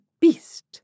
beast